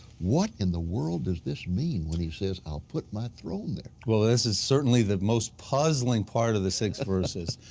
what in the world does this mean when he says i'll put my throne there? this is certainly the most puzzling part of the six verses.